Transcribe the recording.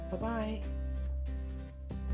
Bye-bye